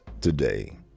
today